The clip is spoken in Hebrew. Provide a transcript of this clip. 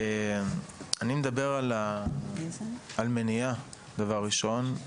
אני מדבר על מניעה, דבר ראשון.